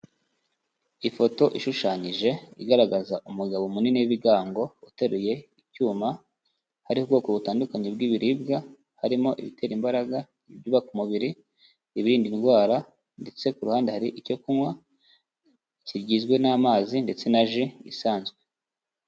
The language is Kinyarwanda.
Ifoto ishushanyije, igaragaza umugabo munini w'ibigango, uteruye icyuma, hari ubwoko butandukanye bw'ibiribwa harimo: ibitera imbaraga, ibyubaka umubiri, ibirinda indwara ndetse ku ruhande hari icyo kunywa kigizwe n'amazi ndetse na ji isanzwe.